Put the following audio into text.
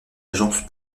agence